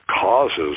causes